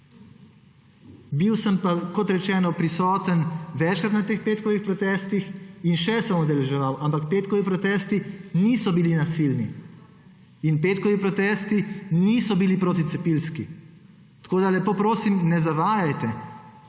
Bil sem pa, kot rečeno, prisoten večkrat na teh petkovih protestih in še se bom udeleževal, ampak petkovi protesti niso bili nasilni. In petkovi protesti niso bili proticepilski, tako da lepo prosim, ne zavajajte.